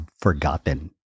forgotten